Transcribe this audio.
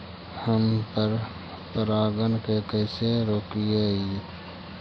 हम पर परागण के कैसे रोकिअई?